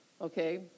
okay